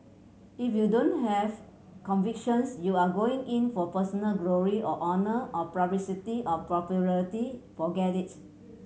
if you don't have convictions you are going in for personal glory or honour or publicity or popularity forget it